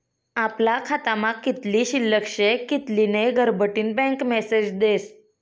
आपला खातामा कित्ली शिल्लक शे कित्ली नै घरबठीन बँक मेसेज देस